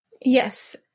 yes